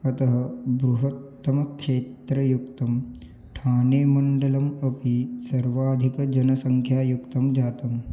अतः बृहत्तमक्षेत्रयुक्तं ठाने मण्डलम् अपि सर्वाधिकजनसङ्ख्यायुक्तं जातम्